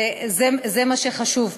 וזה מה שחשוב פה.